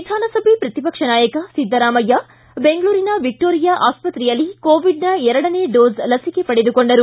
ವಿಧಾನಸಭೆ ಪ್ರತಿಪಕ್ಷ ನಾಯಕ ಸಿದ್ದರಾಮಯ್ಯ ಬೆಂಗಳೂರಿನ ವಿಕ್ಸೋರಿಯಾ ಆಸ್ತ್ರೆಯಲ್ಲಿ ಕೋವಿಡ್ನ ಎರಡನೇ ಡೋಸ್ ಲಸಿಕೆ ಪಡೆದುಕೊಂಡರು